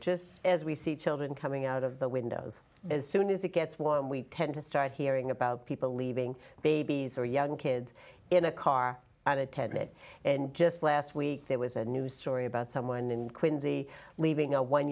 just as we see children coming out of the windows as soon as it gets warm we tend to start hearing about people leaving babies or young kids in a car i've attended and just last week there was a news story about someone in quincy leaving a one